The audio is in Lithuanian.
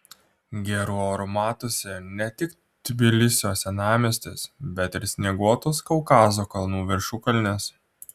geru oru matosi ne tik tbilisio senamiestis bet ir snieguotos kaukazo kalnų viršukalnės